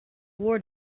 war